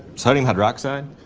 sodium hydroxide?